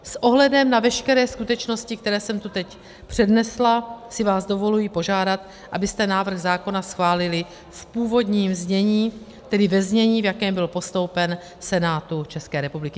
S ohledem na veškeré skutečnosti, které jsem tu teď přednesla, si vás dovoluji požádat, abyste návrh zákona schválili v původním znění, tedy ve znění, v jakém byl postoupen Senátu České republiky.